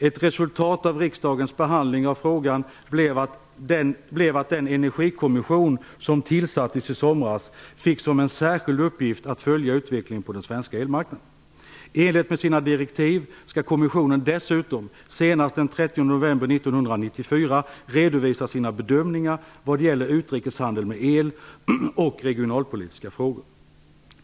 Ett resultat av riksdagens behandling av frågan blev att den energikommission som tillsattes i somras fick som en särskild uppgift att följa utvecklingen på den svenska elmarknaden. I enlighet med sina direktiv skall kommissionen dessutom senast den 30 november 1994 redovisa sina bedömningar vad gäller utrikeshandeln med el och regionalpolitiska frågor.